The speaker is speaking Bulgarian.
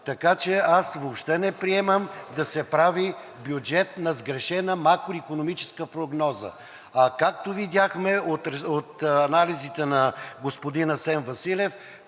Така че аз въобще не приемам да се прави бюджет на сгрешена макроикономическа прогноза. А както видяхме от анализите на господин Асен Василев,